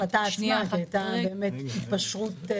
ההחלטה הייתה התפשרות.